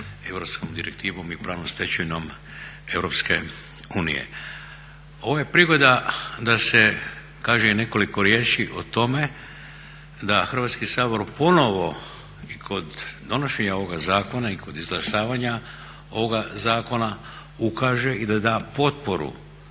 europskom direktivom i pravnom stečevinom Europske unije. Ovo je prigoda da se kaže i nekoliko riječi o tome da Hrvatski sabor ponovo i kod donošenja ovoga zakona i kod izglasavanja ovoga zakona ukaže i da da potporu